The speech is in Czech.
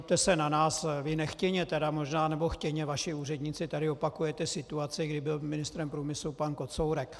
Nezlobte se na nás, vy nechtěně, možná, nebo chtěně, vaši úředníci, tady opakujete situaci, kdy byl ministrem průmyslu pan Kocourek.